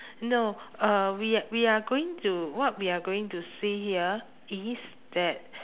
no uh we a~ we are going to what we are going to see here is that